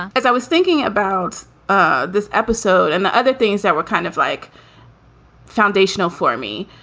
as i was thinking about ah this episode and the other things that were kind of like foundational for me,